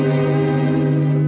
the